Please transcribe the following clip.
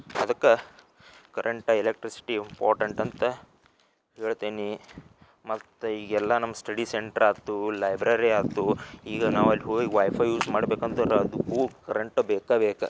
ಅದಕ್ಕೆ current electricity important ಅಂತ ಹೇಳ್ತೀನಿ ಮತ್ತು ಈಗೆಲ್ಲ ನಮ್ಮ ಸ್ಟಡಿ ಸೆಂಟ್ರ್ ಆಯ್ತು ಲೈಬ್ರೆರಿ ಆಯ್ತು ಈಗ ನಾವು ಅಲ್ಲಿ ಹೋಯ್ ವೈಫೈ ಯೂಸ್ ಮಾಡ್ಬೇಕಂದರೆ ಅದಕ್ಕೂ ಕರೆಂಟ್ ಬೇಕಾ ಬೇಕ